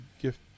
gift